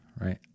right